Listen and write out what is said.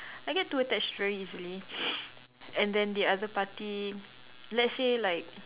I get too attached very easily and then the other party let's say like